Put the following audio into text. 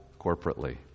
corporately